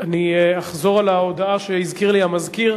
אני אחזור על ההודעה שהזכיר לי המזכיר,